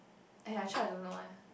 !aiya! actually I don't know eh